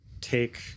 take